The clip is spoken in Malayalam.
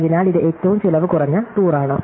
അതിനാൽ ഇത് ഏറ്റവും ചിലവ് കുറഞ്ഞ ടൂറാണ്